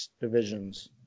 divisions